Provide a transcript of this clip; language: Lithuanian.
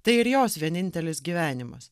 tai ir jos vienintelis gyvenimas